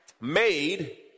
made